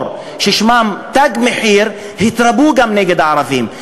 ששמם "תג מחיר" התרבו גם נגד הערבים.